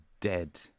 dead